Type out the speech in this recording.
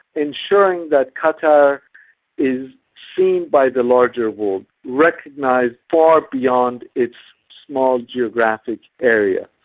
ensuring that qatar is seen by the larger world, recognised far beyond its small geographic area.